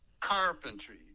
carpentry